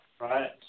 Right